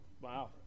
Wow